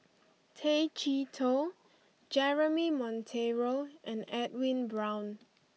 Tay Chee Toh Jeremy Monteiro and Edwin Brown